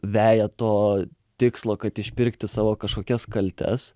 veja to tikslo kad išpirkti savo kažkokias kaltes